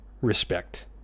respect